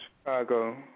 Chicago